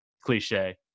cliche